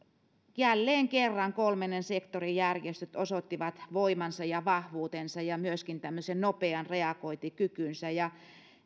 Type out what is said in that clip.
jälleen kerran kolmannen sektorin järjestöt osoittivat voimansa ja vahvuutensa ja myöskin nopean reagointikykynsä ja